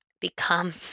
become